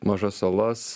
mažas salas